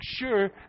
sure